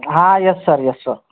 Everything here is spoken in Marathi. हा येस सर येस सर